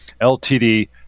LTD